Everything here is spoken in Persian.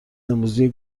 امروزی